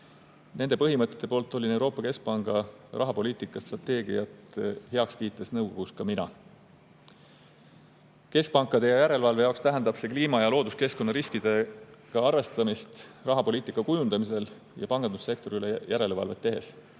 Nende põhimõtete poolt olin Euroopa Keskpanga rahapoliitika strateegiat heaks kiites nõukogus ka mina. Keskpankade ja järelevalvajate jaoks tähendab see kliima ja looduskeskkonna riskidega arvestamist rahapoliitika kujundamisel ja pangandussektorile järelevalvet tehes.